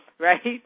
Right